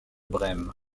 brême